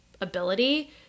ability